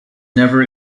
never